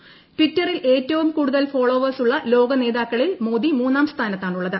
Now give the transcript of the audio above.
ലോകത്ത് ടിറ്ററിൽ ഏറ്റവും കൂടുതൽ ഫോള്ചോവേഴ്സുള്ള ലോക നേതാക്കളിൽ മോദി മൂന്നാം സ്ഥാനത്താണുള്ളത്